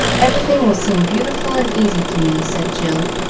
everything will seem beautiful and easy to me, said jill,